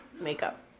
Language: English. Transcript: makeup